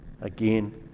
again